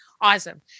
awesome